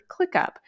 ClickUp